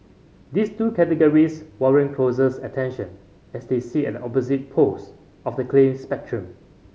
these two categories warrant closers attention as they sit at opposite poles of the claim spectrum